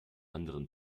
anderen